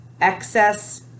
excess